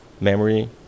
memory